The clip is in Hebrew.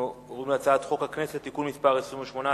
אנחנו עוברים להצעת חוק הכנסת (תיקון מס' 28),